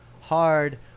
hard